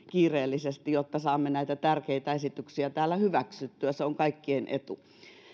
kiireellisesti jotta saamme näitä tärkeitä esityksiä täällä hyväksyttyä se on kaikkien etu